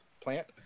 plant